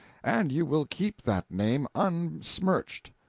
and you will keep that name unsmirched.